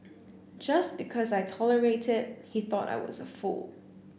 just because I tolerated he thought I was a fool